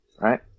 right